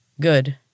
Good